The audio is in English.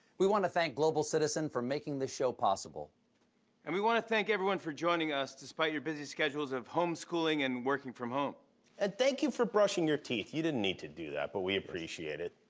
we want to thank global citizen for making this show possible. fallon and we want to thank everyone for joining us despite your busy schedules of home schooling and working from home. kimmel and thank you for brushing your teeth. you didn't need to do that, but we appreciate it.